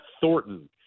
Thornton